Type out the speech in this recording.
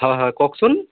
হয় হয় কওকচোন